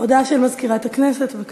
הודעה למזכירת הכנסת, בבקשה.